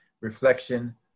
reflection